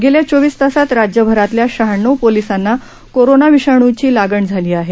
गेल्या चोवीस तासांत राज्यभरातल्या शहाण्णव पोलिसांना कोरोना विषाणूची लागण झाली आहे